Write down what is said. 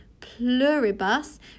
Pluribus